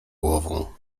głową